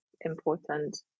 important